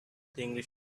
englishman